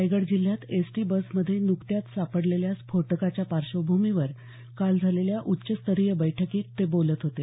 रायगड जिल्ह्यात एसटी बसमध्ये न्कत्याच सापडलेल्या स्फोटकाच्या पार्श्वभूमीवर काल झालेल्या उच्चस्तरीय बैठकीत ते बोलत होते